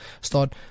Start